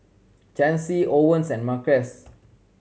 Chancy Owens and Marquez